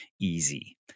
easy